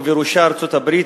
ובראשה ארצות-הברית,